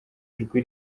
ijwi